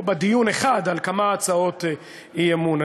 בדיון אחד על כמה הצעות אי-אמון.